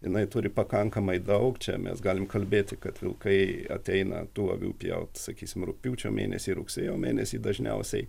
jinai turi pakankamai daug čia mes galim kalbėti kad vilkai ateina tų avių pjauti sakysim rugpjūčio mėnesį rugsėjo mėnesį dažniausiai